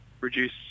reduce